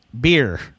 beer